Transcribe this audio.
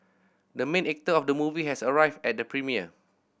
the main actor of the movie has arrived at the premiere